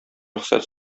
рөхсәт